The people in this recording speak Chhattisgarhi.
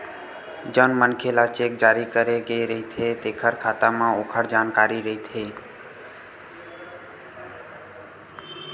जउन मनखे ल चेक जारी करे गे रहिथे तेखर खाता म ओखर जानकारी रहिथे